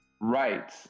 Right